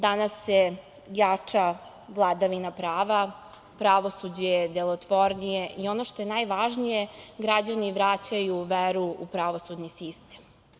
Danas se jača vladavina prava, pravosuđe je delotvornije i ono što je najvažnije, građani vraćaju veru u pravosudni sistem.